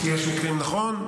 יש מקרים, נכון.